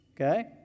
Okay